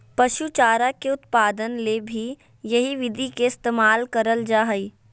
पशु चारा के उत्पादन ले भी यही विधि के इस्तेमाल करल जा हई